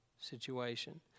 situation